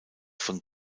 von